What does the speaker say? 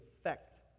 effect